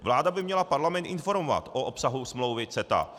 Vláda by měla Parlament informovat o obsahu smlouvy CETA.